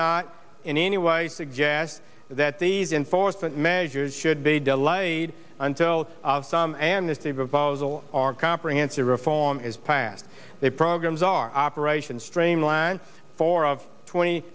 not in any way suggest that these enforcement measures should be delayed until some amnesty proposal or comprehensive reform is passed they programs are operation streamline four of twenty